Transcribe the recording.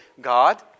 God